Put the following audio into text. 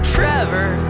Trevor